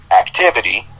activity